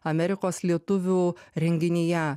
amerikos lietuvių renginyje